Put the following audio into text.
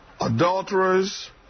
adulterers